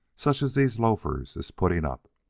such as these loafers is putting up.